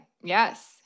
Yes